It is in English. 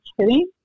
kidding